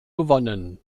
gewonnen